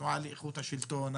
התנועה לאיכות השלטון,